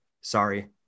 Sorry